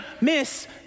miss